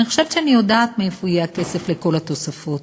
שאני חושבת שאני יודעת מאיפה יהיה הכסף לכל התוספות.